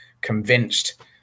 convinced